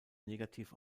negativ